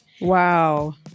Wow